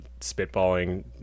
spitballing